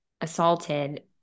assaulted